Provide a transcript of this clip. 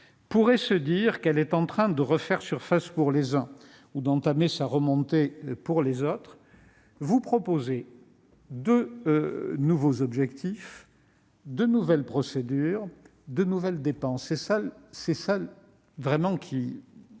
pourrait se dire qu'elle est en train de refaire surface, pour les uns, ou d'entamer sa remontée, pour les autres, vous proposez de nouveaux objectifs, de nouvelles procédures, de nouvelles dépenses ! Voilà, vraiment,